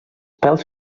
pèls